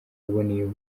iboneyeho